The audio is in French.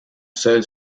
seul